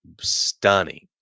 stunning